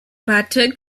butter